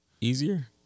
easier